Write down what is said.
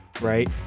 right